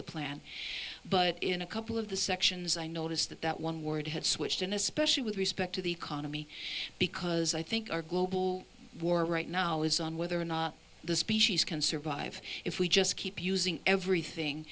the plan but in a couple of the sections i noticed that one word had switched in especially with respect to the economy because i think our global war right now is on whether or not the species can survive if we just keep using everything